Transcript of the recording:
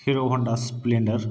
hero Honda Splendor